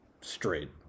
straight